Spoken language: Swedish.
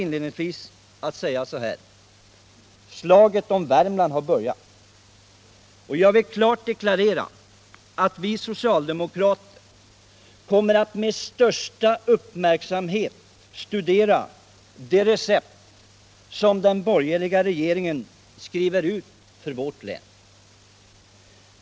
Inledningsvis sade jag: ”Slaget om Värmland har börjat.” Jag vill klart deklarera att vi socialdemokrater kommer att med största uppmärksamhet studera de recept som den borgerliga regeringen skriver ut för vårt län.